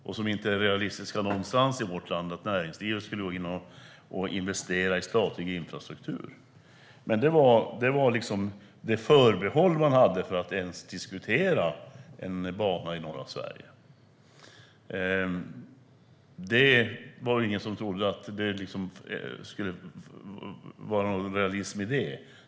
Det är inte realistiskt någonstans i vårt land att näringslivet skulle gå in och investera i statlig infrastruktur. Men det var liksom det förbehåll man hade för att ens diskutera en bana i norra Sverige. Det var ingen som trodde att det var någon realism i det.